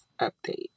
update